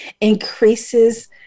increases